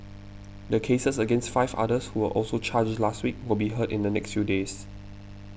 the cases against five others who were also charged last week will be heard in the next few days